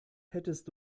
hättest